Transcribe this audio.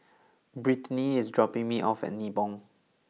Brittni is dropping me off at Nibong